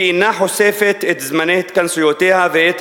היא אינה חושפת את זמני התכנסויותיה ואת